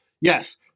Yes